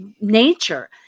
nature